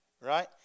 right